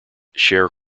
share